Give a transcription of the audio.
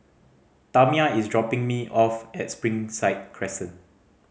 Tamia is dropping me off at Springside Crescent